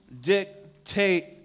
dictate